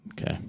Okay